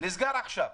נסגר עכשיו.